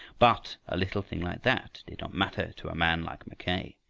but a little thing like that did not matter to a man like mackay.